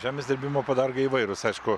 žemės dirbimo padargai įvairūs aišku